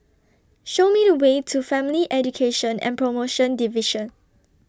Show Me The Way to Family Education and promotion Division